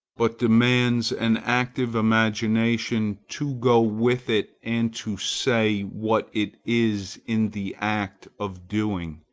but demands an active imagination to go with it and to say what it is in the act of doing.